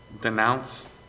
denounce